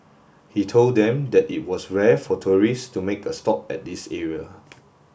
he told them that it was rare for tourists to make a stop at this area